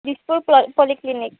দিছপুৰ প পলিক্লিনিক